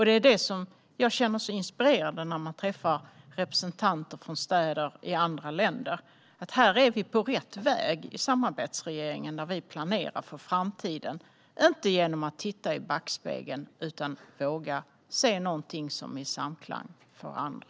Det är det som jag känner är inspirerande när man träffar representanter från städer i andra länder: Här är vi på rätt väg i samarbetsregeringen när vi planerar för framtiden - inte genom att titta i backspegeln utan genom att våga se någonting som är i samklang med andra.